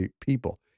people